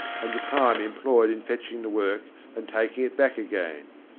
and the time employed in fetching the work and taking it back again.